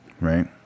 right